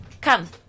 come